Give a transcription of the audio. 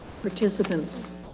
Participants